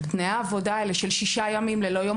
תנאי העבודה האלה של שישה ימים ללא יום